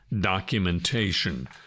documentation